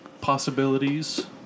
possibilities